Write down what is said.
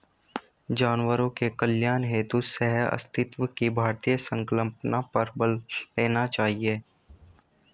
जानवरों के कल्याण हेतु सहअस्तित्व की भारतीय संकल्पना पर बल देना चाहिए